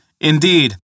Indeed